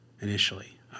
initially